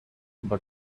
but